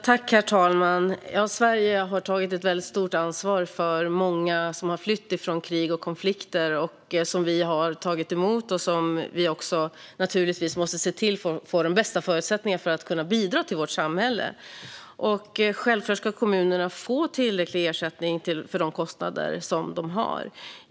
Herr talman! Sverige har tagit ett väldigt stort ansvar för många som har flytt från krig och konflikter. Vi har tagit emot dem och måste naturligtvis se till att de får de bästa förutsättningarna för att kunna bidra till vårt samhälle. Självklart ska kommunerna få tillräcklig ersättning för de kostnader som de har.